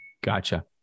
Gotcha